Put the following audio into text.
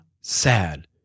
sad